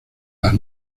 las